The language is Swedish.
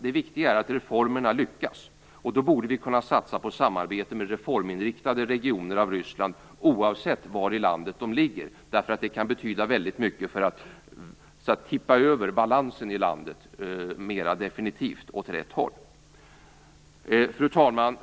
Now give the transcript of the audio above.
Det viktiga är att reformerna lyckas, och då borde vi kunna satsa på samarbete med reforminriktade regioner, oavsett var i Ryssland de ligger. Det kan betyda väldigt mycket för att mer definitivt "tippa över" balansen i landet åt rätt håll. Fru talman!